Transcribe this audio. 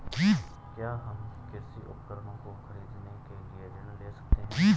क्या हम कृषि उपकरणों को खरीदने के लिए ऋण ले सकते हैं?